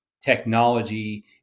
technology